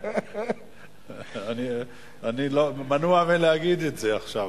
אני מנוע מלהגיד את זה עכשיו.